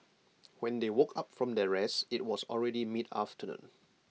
when they woke up from their rest IT was already mid afternoon